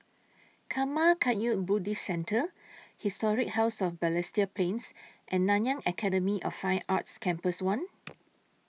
Karma Kagyud Buddhist Centre Historic House of Balestier Plains and Nanyang Academy of Fine Arts Campus one